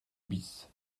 bis